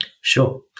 Sure